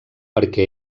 perquè